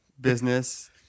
business